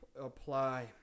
apply